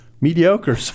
Mediocre